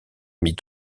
mis